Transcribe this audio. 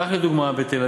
כך, לדוגמה, בת"א